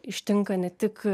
ištinka ne tik